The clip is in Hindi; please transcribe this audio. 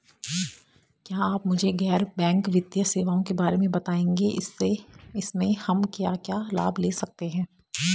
क्या आप मुझे गैर बैंक वित्तीय सेवाओं के बारे में बताएँगे इसमें हम क्या क्या लाभ ले सकते हैं?